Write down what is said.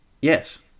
yes